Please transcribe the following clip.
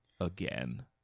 again